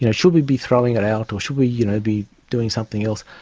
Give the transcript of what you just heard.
you know should we be throwing it out or should we you know be doing something else?